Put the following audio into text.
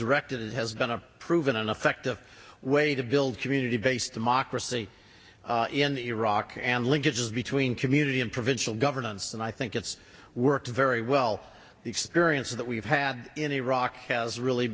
directed has been a proven ineffective way to build community based democracy in iraq and linkages between community and provincial governance and i think it's worked very well the experiences that we've had in iraq has really